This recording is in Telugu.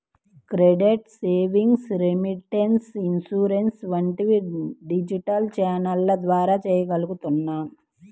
క్రెడిట్, సేవింగ్స్, రెమిటెన్స్, ఇన్సూరెన్స్ వంటివి డిజిటల్ ఛానెల్ల ద్వారా చెయ్యగలుగుతున్నాం